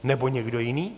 Nebo někdo jiný?